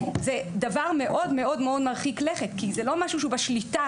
זה דבר מאוד מרחיק לכת כי זה לא משהו שהוא בשליטה